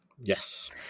yes